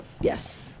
Yes